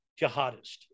jihadist